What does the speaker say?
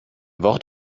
wort